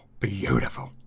beautiful